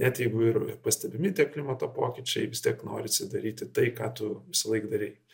net jeigu ir pastebimi tie klimato pokyčiai vis tiek norisi daryti tai ką tu visąlaik darei